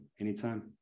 Anytime